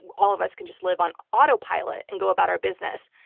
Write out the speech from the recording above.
all of us can just live on autopilot and go about our business.